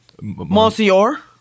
Monsieur